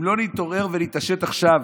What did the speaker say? אם לא נתעורר ונתעשת עכשיו,